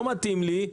לא מתאים לי,